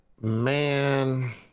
Man